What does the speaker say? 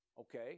Okay